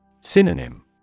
Synonym